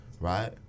right